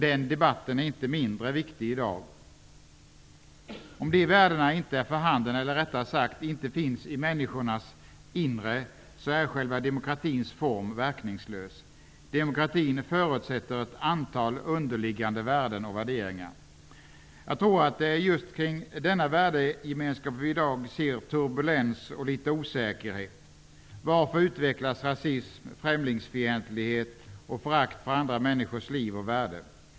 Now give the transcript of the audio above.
Den debatten är inte mindre viktig i dag. Om de värdena inte är för handen eller, rättare sagt, inte finns i människornas inre, så är själva demokratins form verkningslös. Demokratin förutsätter ett antal underliggande värden och värderingar. Jag tror det är just kring denna värdegemenskap vi i dag ser turbulens och litet osäkerhet. Varför utvecklas rasism, främlingsfientlighet och förakt för andra människors liv och värde?